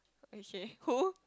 okay who